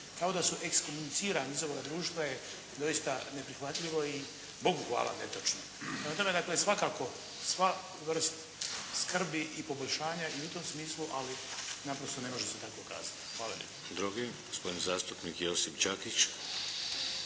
onda su ekshuminicirani iz ovoga društva, je doista neprihvatljivo i Bogu hvala da je točno. Prema tome, dakle svakako sva vrst skrbi i poboljšanja i u tom smislu, ali naprosto ne može se tako kazati. Hvala